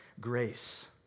grace